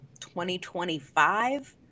2025